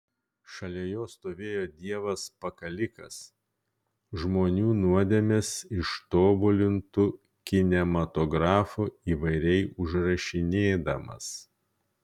šalia jo stovėjo dievas pakalikas žmonių nuodėmes ištobulintu kinematografu įvairiai užrašinėdamas